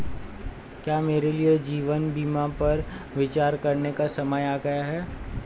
क्या मेरे लिए जीवन बीमा पर विचार करने का समय आ गया है?